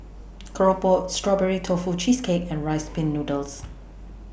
Keropok Strawberry Tofu Cheesecake and Rice Pin Noodles